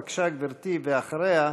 בבקשה, גברתי, ואחריה,